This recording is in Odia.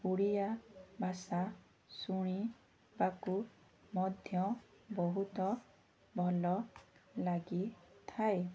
ଓଡ଼ିଆ ଭାଷା ଶୁଣିବାକୁ ମଧ୍ୟ ବହୁତ ଭଲ ଲାଗିଥାଏ